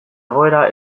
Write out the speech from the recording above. egoera